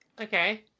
Okay